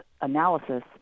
analysis